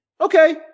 Okay